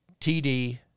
TD